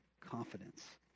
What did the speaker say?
Confidence